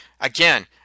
Again